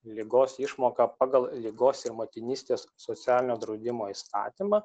ligos išmoka pagal ligos ir motinystės socialinio draudimo įstatymą